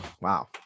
Wow